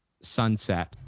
sunset